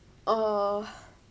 uh